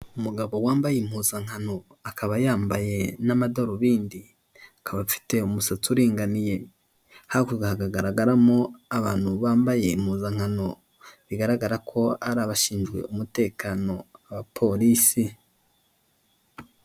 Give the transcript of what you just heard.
Umugabo wambaye impuzankano, akaba yambaye n'amadarubindi, akaba afite umusatsi uringaniye, hakurya hagaragaramo abantu bambaye impuzankano, bigaragara ko ari abashinzwe umutekano, abapolisi.